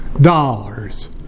dollars